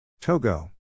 Togo